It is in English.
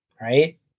right